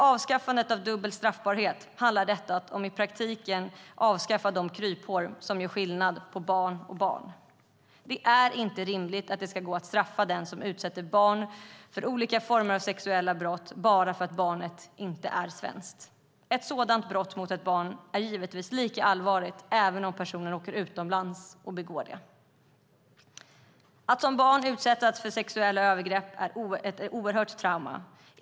Avskaffandet av dubbel straffbarhet handlar i praktiken om att avskaffa de kryphål som gör skillnad på barn och barn. Det är inte rimligt att det inte ska gå att straffa den som utsätter barn för olika former av sexuella brott bara för att barnet inte är svenskt. Ett sådant brott mot ett barn är givetvis lika allvarligt även om personen åker utomlands och begår det. Att som barn utsättas för sexuella övergrepp är ett oerhört trauma.